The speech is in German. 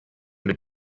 mit